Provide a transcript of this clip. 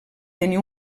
tenir